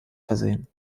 versehen